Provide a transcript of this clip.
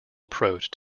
approach